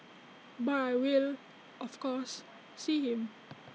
but I will of course see him